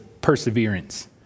perseverance